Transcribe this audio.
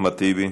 אחמד טיבי,